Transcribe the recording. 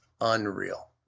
unreal